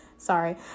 Sorry